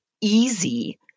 easy